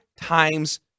Times